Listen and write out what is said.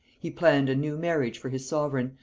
he planned a new marriage for his sovereign,